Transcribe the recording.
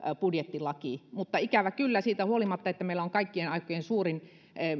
budjettilaki mutta ikävä kyllä siitä huolimatta että meillä on kaikkien aikojen suurin